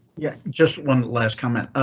yeah, just one last comment.